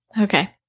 Okay